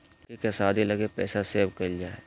लड़की के शादी लगी पैसा सेव क़इल जा हइ